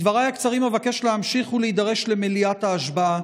בדבריי הקצרים אבקש להמשיך ולהידרש למליאת ההשבעה.